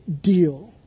deal